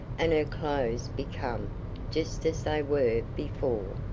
and her clothes become just as they were before.